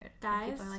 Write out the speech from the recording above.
guys